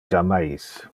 jammais